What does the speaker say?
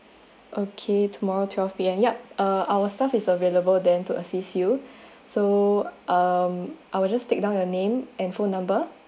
okay tomorrow twelve P_M yup uh our staff is available there to assist you so um I will just take down your name and phone number